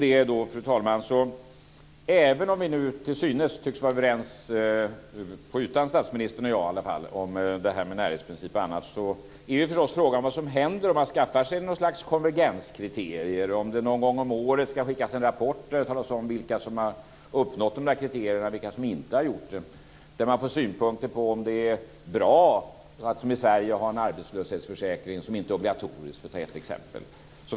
Även om statsministern och jag nu till synes tycks vara överens på ytan i alla fall om närhetsprincip och annat är frågan vad som händer om man skaffar sig något slags konvergenskriterier, om det någon gång om året ska skickas en rapport där det talas om vilka som har uppnått dessa kriterier och vilka som inte har gjort det, och där man får synpunkter på om det är bra att som i Sverige ha en arbetslöshetsförsäkring som inte är obligatorisk, för att ta ett exempel.